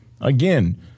Again